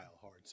hard